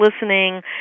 listening